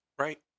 Right